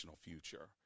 future